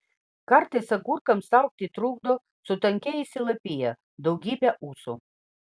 kartais agurkams augti trukdo sutankėjusi lapija daugybė ūsų